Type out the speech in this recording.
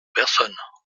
personnes